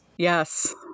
Yes